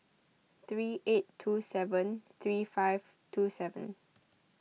three eight two seven three five two seven